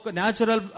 natural